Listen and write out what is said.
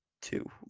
two